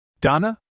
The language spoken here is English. Donna